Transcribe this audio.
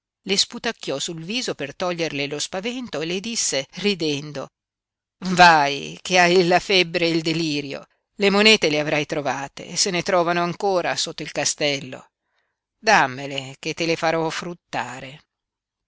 le sputacchiò sul viso per toglierle lo spavento e le disse ridendo vai che hai la febbre e il delirio le monete le avrai trovate se ne trovano ancora sotto il castello dammele che te le farò fruttare